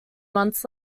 months